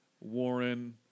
Warren